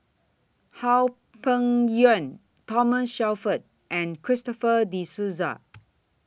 How Peng Yuan Thomas Shelford and Christopher De Souza